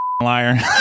liar